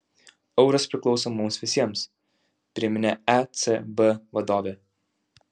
euras priklauso mums visiems priminė ecb vadovė